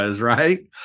Right